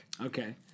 Okay